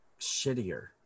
shittier